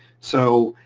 so